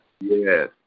Yes